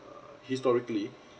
uh historically